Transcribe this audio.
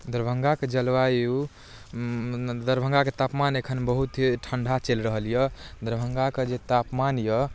दरभङ्गाके जलवायु दरभङ्गाके तापमान एखन बहुत ही ठण्डा चलि रहल यऽ दरभङ्गा कऽ जे तापमान यऽ